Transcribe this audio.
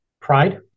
Pride